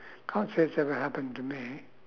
can't say it's ever happened to me